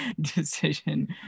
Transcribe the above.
decision